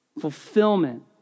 fulfillment